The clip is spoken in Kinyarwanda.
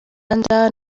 rwanda